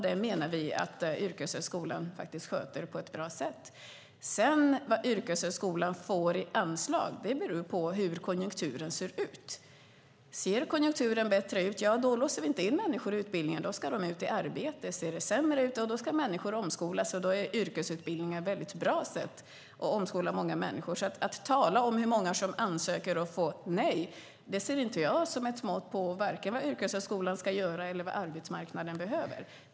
Vi menar att yrkeshögskolan sköter detta på ett bra sätt. Vad yrkeshögskolan sedan får i anslag beror på hur konjunkturen ser ut. Ser konjunkturen bättre ut låser vi inte in människor i utbildning, utan då ska de ut i arbete. Ser det sämre ut ska människor omskolas, och då är yrkesutbildningar ett väldigt bra sätt att omskola många människor. Att tala om hur många som ansöker och som får ett nej ser inte jag som ett mått vare sig på vad yrkeshögskolan ska göra eller på vad arbetsmarknaden behöver.